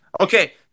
okay